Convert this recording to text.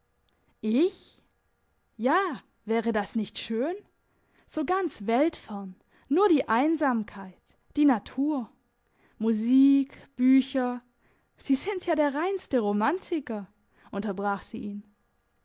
ich ja wäre das nicht schön so ganz weltfern nur die einsamkeit die natur musik bücher sie sind ja der reinste romantiker unterbrach sie ihn